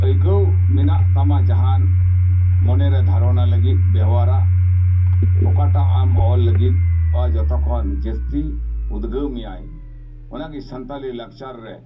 ᱟᱹᱭᱠᱟᱹᱣ ᱢᱮᱱᱟᱜ ᱢᱮᱱᱟᱜ ᱛᱟᱢᱟ ᱡᱟᱦᱟᱱ ᱢᱚᱱᱮᱨᱮ ᱫᱷᱟᱨᱚᱱᱟ ᱞᱟᱜᱤᱫ ᱵᱮᱣᱦᱟᱨᱟ ᱚᱠᱟᱴᱟᱜ ᱟᱢ ᱚᱞ ᱞᱟᱜᱤᱫᱼᱟ ᱡᱷᱚᱛᱚ ᱠᱷᱚᱱ ᱡᱟᱥᱛᱤ ᱩᱫᱽᱜᱟᱹᱣ ᱢᱮᱭᱟᱭ ᱚᱱᱟ ᱜᱮ ᱥᱟᱱᱛᱟᱞᱤ ᱞᱟᱠᱪᱟᱨ ᱨᱮ